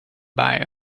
buy